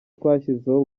twashyizeho